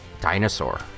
Dinosaur